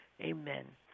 amen